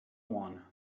one